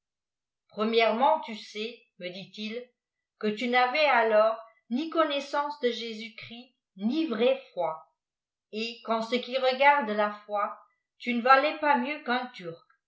tu sais me dit-il que tu n'avais alors ni connaissance de jésus-christ ni vraie foi et qu'en ce qui regarde la foi tu ne valais pas mieux qu'un turc